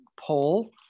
poll